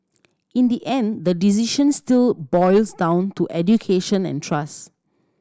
in the end the decision still boils down to education and trust